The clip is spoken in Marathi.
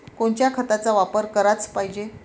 कोनच्या खताचा वापर कराच पायजे?